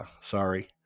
sorry